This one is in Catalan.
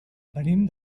venim